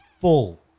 full